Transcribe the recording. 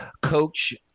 coach